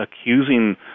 accusing